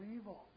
evil